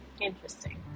interesting